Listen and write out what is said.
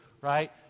right